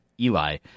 Eli